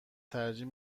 ترجیح